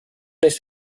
ist